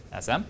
SM